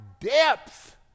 depth